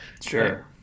Sure